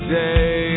day